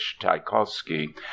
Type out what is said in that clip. Tchaikovsky